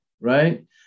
right